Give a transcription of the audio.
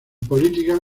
política